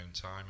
time